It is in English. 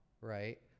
right